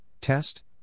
test